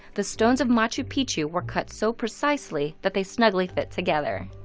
the stones of machu picchu were cut so precisely that they snugly fit together.